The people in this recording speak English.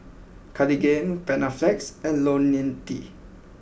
Cartigain Panaflex and Ionil T